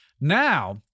Now